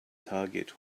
target